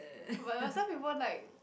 but but some people like